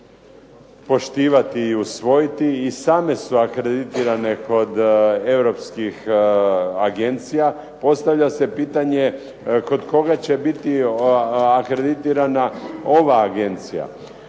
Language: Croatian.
poštivati i usvojiti i same su akreditirane kod Europskih agencija. Postavlja se pitanje kod koga će biti akreditirana ova Agencija.